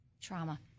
Trauma